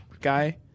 guy